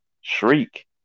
shriek